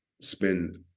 spend